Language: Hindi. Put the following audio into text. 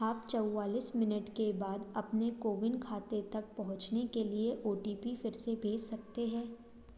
आप चौवालीस मिनट के बाद अपने कोविन खाते तक पहुँचने के लिए ओ टी पी फिर से भेज सकते हैं